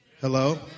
Hello